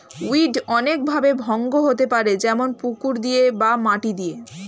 weed অনেক ভাবে ভঙ্গ হতে পারে যেমন পুকুর দিয়ে বা মাটি দিয়ে